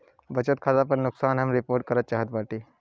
बचत खाता पर नुकसान हम रिपोर्ट करल चाहत बाटी